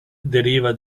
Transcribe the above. deriva